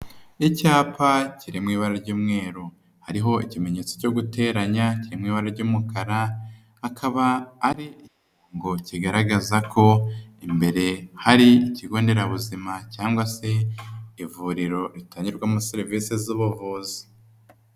Icyapa kiri mu ibara ry'umweru, hariho ikimenyetso cyo guteranya kiri mu ibara ry'umukara, akaba ari ngo kigaragaza ko imbere hari ikigonderabuzima cyangwa se ivuriro ritangirwamo serivisi z'ubuvuzi.